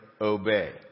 obey